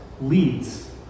leads